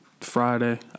Friday